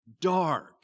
dark